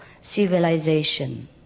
civilization